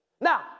Now